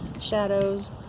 shadows